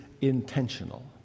intentional